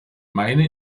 meine